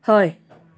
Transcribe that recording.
हय